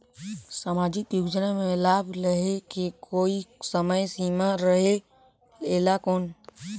समाजिक योजना मे लाभ लहे के कोई समय सीमा रहे एला कौन?